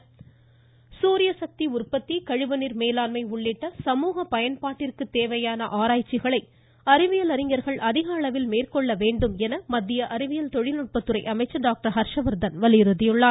ஹர்ஷ்வர்தன் சூரிய சக்தி உற்பத்தி கழிவு நீர் மேலாண்மை உள்ளிட்ட சமூக பயன்பாட்டிற்குத் தேவையான ஆராய்ச்சிகளை அறிவியல் அறிஞர்கள் அதிகளவில் மேற்கொள்ள வேண்டுமென மத்திய அறிவியல் தொழில்நுட்பத்துறை அமைச்சர் டாக்டர் ஹர்ஷ்வர்தன் வலியுறுத்தினார்